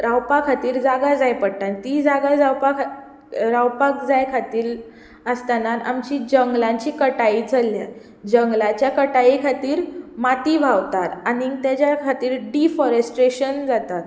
रावपा खातीर जागा जाय पडटा ती जागा रावपाक जाय खातीर आसतना आमचीं जंगलांची कटायी चल्ल्या जंगलाच्या कटाये खातीर माती व्हांवता आनी तेच्या खातीर डिफाॅरेस्ट्रेशन जाता